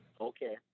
Okay